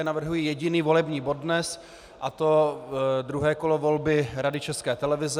Navrhuji jeden jediný volební bod dnes, a to druhé kolo volby Rady České televize.